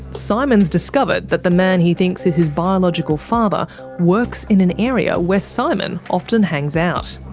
simon's discovered that the man he thinks is his biological father works in an area where simon often hangs out.